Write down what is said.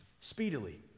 Speedily